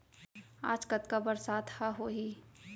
आज कतका बरसात ह होही?